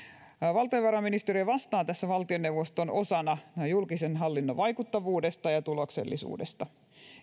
valtiovarainministeriö vastaa tässä valtioneuvoston osana julkisen hallinnon vaikuttavuudesta ja ja tuloksellisuudesta